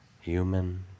human